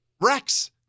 rex